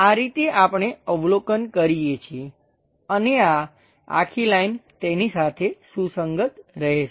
આ રીતે આપણે અવલોકન કરીએ છીએ અને આ આખી લાઈન તેની સાથે સુસંગત રહેશે